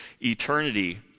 eternity—